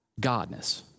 Godness